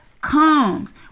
comes